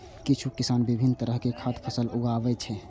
किछु किसान विभिन्न तरहक खाद्य फसल उगाबै छै